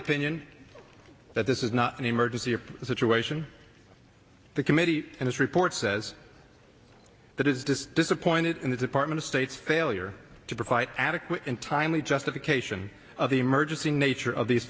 opinion that this is not an emergency situation the committee and its report says that is this disappointed in the department of state failure to provide adequate and timely justification of the emergency nature of these